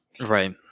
Right